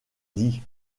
dit